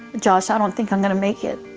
josh, i don't think i'm going to make it.